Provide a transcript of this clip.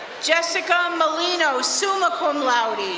jessica malino, summa cum laude.